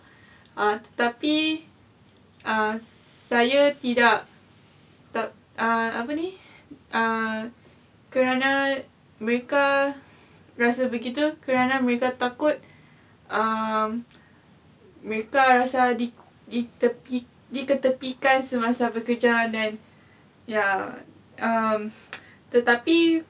ah tapi ah saya tidak apa ni uh kerana mereka rasa begitu kerana mereka takut um mereka rasa di~ ditepi! diketepikan semasa bekerja then ya um tetapi